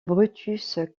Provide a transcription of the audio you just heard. brutus